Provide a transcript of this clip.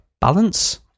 balance